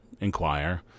inquire